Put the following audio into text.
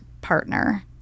partner